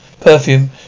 perfume